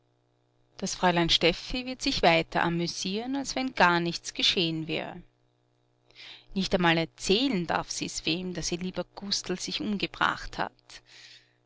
das fräulein steffi wird sich weiter amüsieren als wenn gar nichts gescheh'n wär nicht einmal erzählen darf sie's wem daß ihr lieber gustl sich umgebracht hat